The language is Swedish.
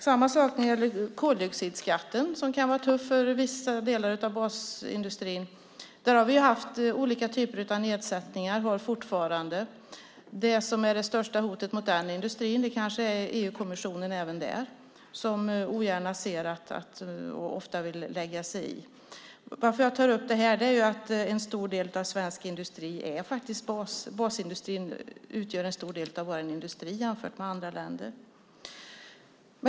Samma sak är det med koldioxidskatten. Den kan vara tuff för vissa delar av basindustrin. Där har vi haft olika typer av nedsättningar och har fortfarande. Det största hotet mot den industrin kanske är EU-kommissionen även där. Den ser ogärna sådana saker och vill ofta lägga sig i. Jag tar upp detta därför att basindustrin utgör en stor del av vår industri jämfört med andra länder.